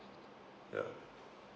ya